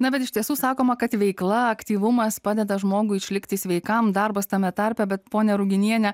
na bet iš tiesų sakoma kad veikla aktyvumas padeda žmogui išlikti sveikam darbas tame tarpe bet ponia ruginiene